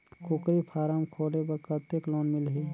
कूकरी फारम खोले बर कतेक लोन मिलही?